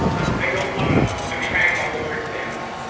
i don't want to attract all the brickbats.